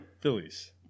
Phillies